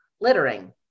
littering